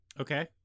Okay